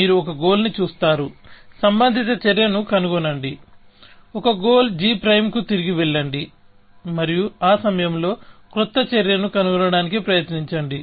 మీరు ఒక గోల్ ని చూస్తారు సంబంధిత చర్యను కనుగొనండి ఒక గోల్ g' కు తిరిగి వెళ్లండి మరియు ఆ సమయంలో క్రొత్త చర్యను కనుగొనడానికి ప్రయత్నించండి